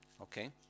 Okay